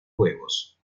huevos